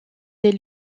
des